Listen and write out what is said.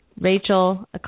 Rachel